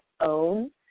own